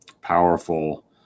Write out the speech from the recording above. powerful